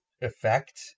effect